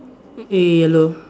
eh yellow